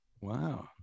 Wow